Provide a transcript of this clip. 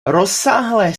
rozsáhlé